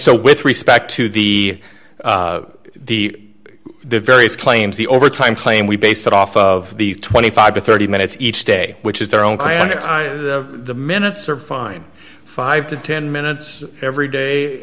so with respect to the the the various claims the overtime claim we base it off of these twenty five to thirty minutes each day which is their own planets time the minutes are fine five to ten minutes every day